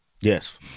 yes